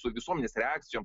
su visuomenės reakcijom